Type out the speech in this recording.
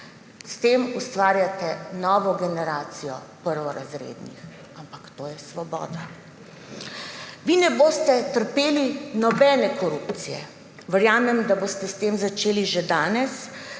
S tem ustvarjate novo generacijo prvorazrednih, ampak to je svoboda. Vi ne boste trpeli nobene korupcije. Verjamem, da boste s tem začeli že danes,